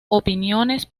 opiniones